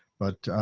but